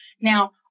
Now